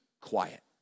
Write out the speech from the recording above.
quiet